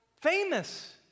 Famous